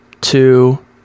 two